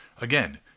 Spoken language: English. Again